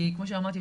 כי כמו שאמרתי,